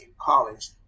college